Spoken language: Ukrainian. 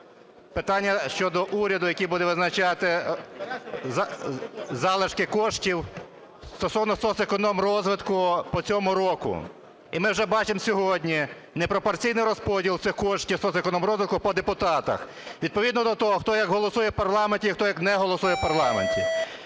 Питання щодо уряду, який буде визначати залишки коштів стосовно соцекономрозвитку по цьому року. І ми вже бачимо сьогодні непропорційний розподіл цих коштів соцекономрозвитку по депутатах, відповідно до того, хто як голосує в парламенті і хто як не голосує в парламенті.